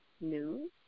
news